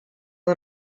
out